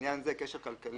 לעניין זה, "קשר כלכלי"